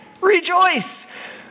Rejoice